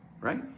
Right